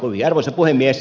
arvoisa puhemies